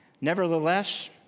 Nevertheless